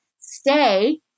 stay